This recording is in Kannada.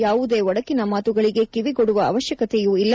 ಯಾವುದೇ ಒಡಕಿನ ಮಾತುಗಳಿಗೆ ಕಿವಿಗೊಡುವ ಅವಶ್ಯಕತೆಯೂ ಇಲ್ಲ